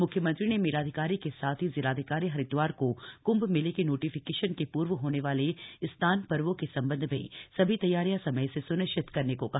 म्ख्यमंत्री ने मेलाधिकारी के साथ ही जिलाधिकारी हरिद्वार को क्म्भ मेले के नोटिफिकेशन के पूर्व होने वाले स्नान पर्वो के सम्बन्ध में सभी तैयारियां समय से सुनिश्चित करने को कहा